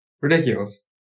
Ridiculous